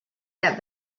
that